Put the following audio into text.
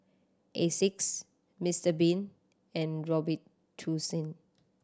Asics Mister Bean and Robitussin